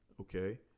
Okay